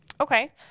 Okay